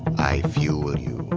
i fuel you,